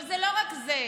אבל זה לא רק זה,